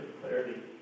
clarity